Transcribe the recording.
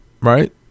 Right